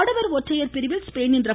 ஆண்கள் ஒற்றையர் பிரிவில் ஸ்பெயினின் ர